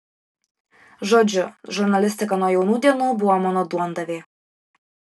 žodžiu žurnalistika nuo jaunų dienų buvo mano duondavė